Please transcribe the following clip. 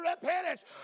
repentance